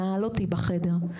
נעל אותי בחדר.